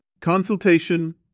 Consultation